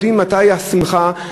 יודעים מתי השמחה,